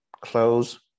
close